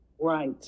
right